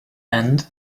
end